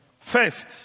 First